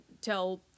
tell